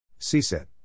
CSET